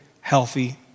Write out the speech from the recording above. healthy